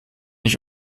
ich